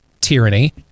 tyranny